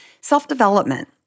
self-development